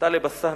טלב אלסאנע,